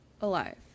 Alive